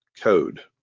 code